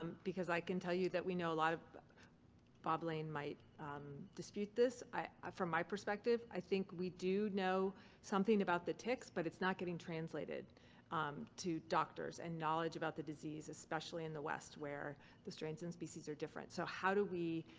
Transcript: because i can tell you that we know a lot of bob lane might dispute this from my perspective, i think we do know something about the ticks, but it's not getting translated um to doctors and knowledge about the disease especially in the west where the strains and species are different. so how do we.